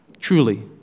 truly